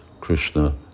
Krishna